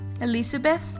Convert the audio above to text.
Elizabeth